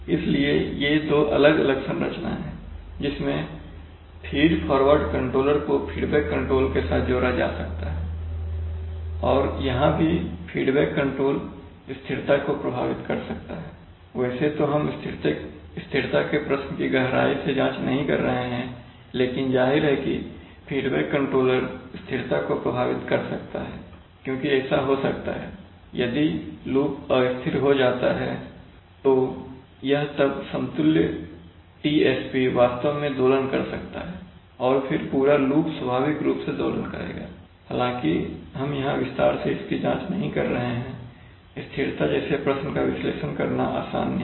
इसलिए ये दो अलग अलग संरचना हैं जिसमें फीड फ़ॉरवर्ड कंट्रोलर को फीडबैक कंट्रोलर के साथ जोड़ा जा सकता है और यहाँ भी फीडबैक कंट्रोलर स्थिरता को प्रभावित कर सकता है वैसे तो हम स्थिरता के प्रश्न की गहराई से जाँच नहीं कर रहे हैं लेकिन जाहिर है कि फीडबैक कंट्रोलर स्थिरता को प्रभावित कर सकता है क्योंकि ऐसा हो सकता है यदि लूप अस्थिर हो जाता है तो यह तब समतुल्य Tsp वास्तव में दोलन कर सकता है और फिर पूरा लूप स्वाभाविक रूप से दोलन करेगा हालांकि हम यहां विस्तार से इसकी जांच नहीं कर रहे हैं स्थिरता जैसे प्रश्न का विश्लेषण करना आसान नहीं हैं